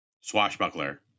swashbuckler